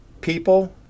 people